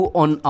on